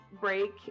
break